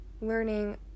learning